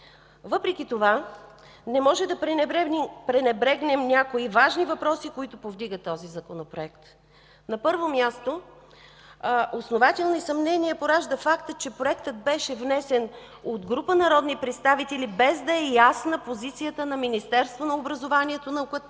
Въпреки това не можем да пренебрегнем някои важни въпроси, които повдига този Законопроект. На първо място, основателни съмнения поражда фактът, че проектът беше внесен от група народни представители, без да е ясна позицията на Министерството на образованието и науката